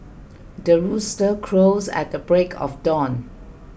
the rooster crows at the break of dawn